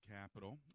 capital